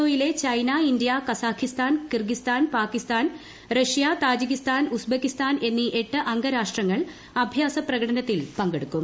O യിലെ China India Kazakhstan Kyrgyzstan Pakistan Russia Tajikistan Uzbekistan എന്നീ എട്ട് അംഗ രാഷ്ട്രങ്ങൾ അഭ്യാസ പ്രകടനത്തിൽ പങ്കെടുക്കും